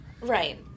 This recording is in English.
Right